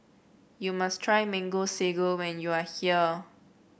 you must try Mango Sago when you are here